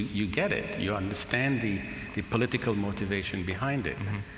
you get it. you understand the the political motivation behind it. and